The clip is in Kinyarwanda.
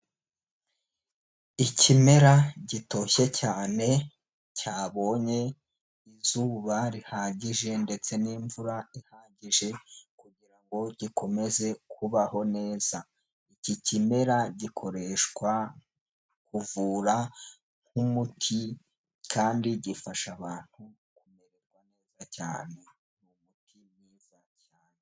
Ikimera gitoshye cyane cyabonye izuba rihagije ndetse n'imvura ihagije kugirango gikomeze kubaho neza. Iki kimera gikoreshwa kuvura nk'umuti kandi gifasha abantu kumererwa neza cyane.